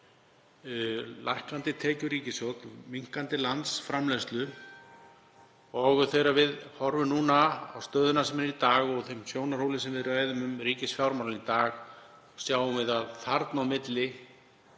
lækkandi tekjum ríkissjóðs, minnkandi landsframleiðslu, og þegar við horfum á stöðuna sem er í dag frá þeim sjónarhóli þar sem við ræðum um ríkisfjármálin í dag sjáum við að þarna á milli